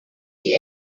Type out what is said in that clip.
die